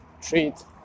treat